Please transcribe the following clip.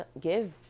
give